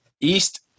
East –